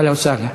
אהלן וסהלן.